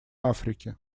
африки